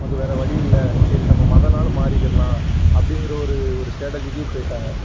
நமக்கு வேறு வழி இல்லை சரி நம்ம மதம்னாலும் மாறிக்கிலாம் அப்படிங்குற ஒரு ஒரு ஸ்டேட்டஜிக்கு போயிட்டாங்க